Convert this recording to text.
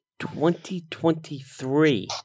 2023